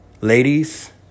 Ladies